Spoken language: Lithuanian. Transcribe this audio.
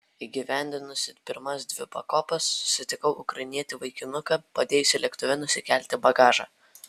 įgyvendinusi pirmas dvi pakopas susitikau ukrainietį vaikinuką padėjusį lėktuve nusikelti bagažą